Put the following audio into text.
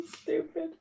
Stupid